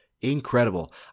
Incredible